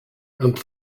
and